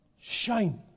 shine